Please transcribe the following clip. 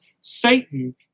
Satan